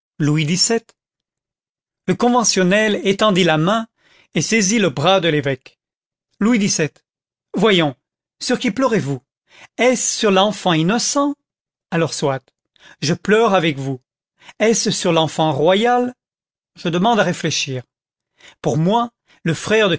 louis xvii le conventionnel étendit la main et saisit le bras de l'évêque louis xvii voyons sur qui pleurez-vous est-ce sur l'enfant innocent alors soit je pleure avec vous est-ce sur l'enfant royal je demande à réfléchir pour moi le frère